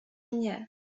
nie